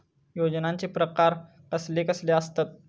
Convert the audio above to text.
योजनांचे प्रकार कसले कसले असतत?